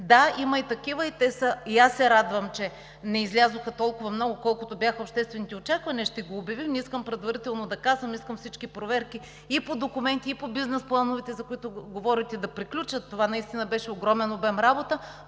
Да, има и такива – и аз се радвам, че не излязоха толкова много, колкото бяха обществените очаквания, ще го обявим, не искам предварително да казвам, искам всички проверки – и по документи, и по бизнес плановете, за които говорите, да приключат. Това наистина беше огромен обем работа,